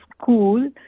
school